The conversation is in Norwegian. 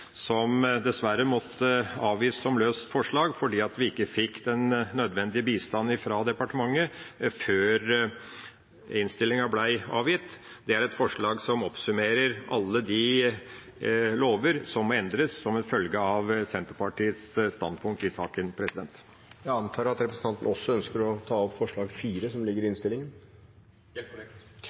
som dessverre måtte avgis som løst forslag, fordi vi ikke fikk den nødvendige bistand fra departementet før innstillinga ble avgitt. Det er et forslag som oppsummerer alle de lover som må endres som en følge av Senterpartiets standpunkt i saken. Presidenten antar at representanten også ønsker å ta opp forslag nr. 4, som står i